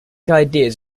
ideas